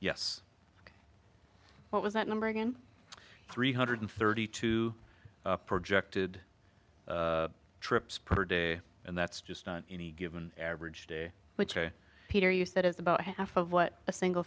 yes what was that number again three hundred thirty two projected trips per day and that's just on any given average day which peter you said is about half of what a single